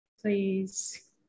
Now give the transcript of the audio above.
please